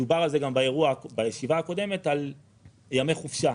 דובר גם בישיבה הקודמת על ימי חופשה.